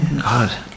God